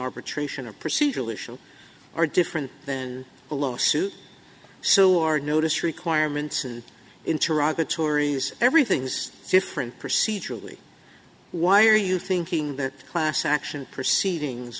arbitration a procedural issue are different than a lawsuit so or notice requirements and interact the turris everything's different procedurally why are you thinking that class action proceedings